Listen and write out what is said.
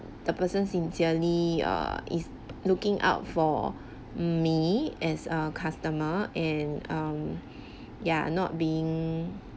the person sincerely err is looking out for me as a customer and um yeah not being